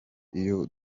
iyo